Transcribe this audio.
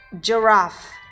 Giraffe